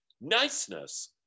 Niceness